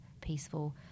peaceful